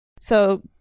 So-